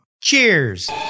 Cheers